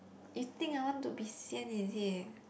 you think I want to be sian is it